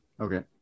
okay